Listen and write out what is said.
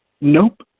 Nope